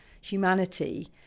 humanity